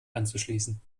anzuschließen